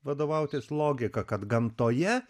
vadovautis logika kad gamtoje